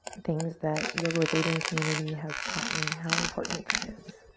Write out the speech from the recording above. things that yoga with adriene community has taught me, how important that is.